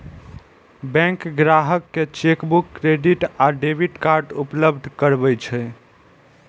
bank ग्राहक कें chequebook, credit आ डेबिट कार्ड उपलब्ध करबै छै